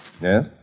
Yes